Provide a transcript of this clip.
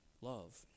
love